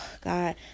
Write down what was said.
God